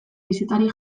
bisitari